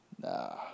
Nah